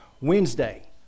Wednesday